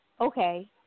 okay